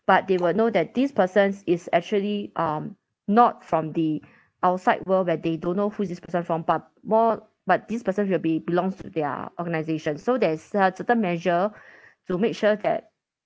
but they will know that this persons is actually um not from the outside world where they don't know who is this person from but more but this person will be belongs to their organisation so there's a certain measure to make sure that